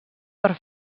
per